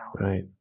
Right